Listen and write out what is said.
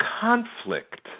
conflict